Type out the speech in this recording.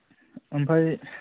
ओमफ्राय